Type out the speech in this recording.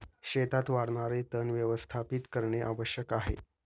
शेतात वाढणारे तण व्यवस्थापित करणे आवश्यक आहे